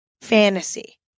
fantasy